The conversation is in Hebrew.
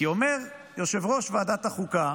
כי אומר יושב-ראש ועדת החוקה,